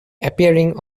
appearing